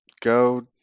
Go